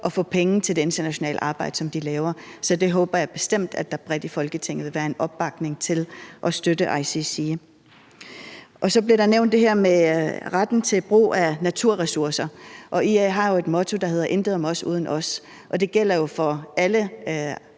at få penge til det internationale arbejde, som de laver. Så jeg håber bestemt, at der bredt i Folketinget vil være en opbakning til at støtte ICC. Så blev der nævnt det her med retten til brug af naturressourcer. IA har jo et motto, der hedder »Intet om os, uden os« , og det gælder jo for alle